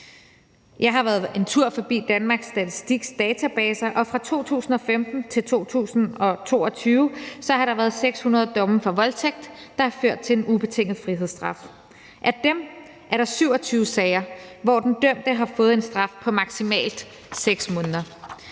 Jeg har været en tur forbi Danmarks Statistiks databaser, og fra 2015-2022 har der været 600 domme for voldtægt, der har ført til en ubetinget frihedsstraf. Af dem er der 27 sager, hvor den dømte har fået en straf på maksimalt 6 måneder.